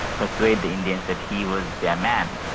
persuade india that he was their man.